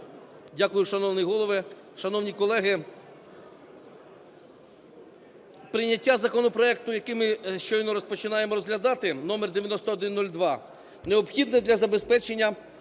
Дякую. Шановний Голово, шановні колеги! Прийняття законопроекту, який ми щойно розпочинаємо розглядати (№ 9102), необхідно для забезпечення